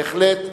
בהחלט.